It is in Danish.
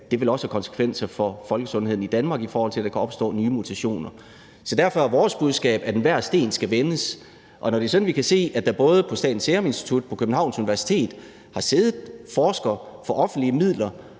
det vil også have konsekvenser for folkesundheden i Danmark, i forhold til at der kan opstå nye mutationer. Så derfor er vores budskab, at enhver sten skal vendes, og når det er sådan, at vi kan se, at der både på Statens Serum Institut og på Københavns Universitet har siddet forskere for offentlige midler